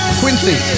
quincy